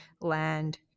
land